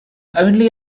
only